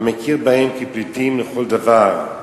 המכיר בהם כפליטים לכל דבר.